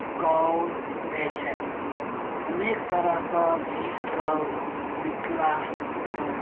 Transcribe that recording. गाओल जाय छथि अनेक तरहके गीत सब मिथिलाके